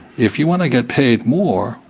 if you want to get paid more,